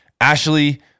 Ashley